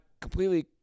completely